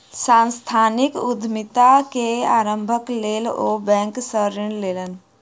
सांस्थानिक उद्यमिता के आरम्भक लेल ओ बैंक सॅ ऋण लेलैन